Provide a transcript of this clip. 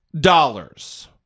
dollars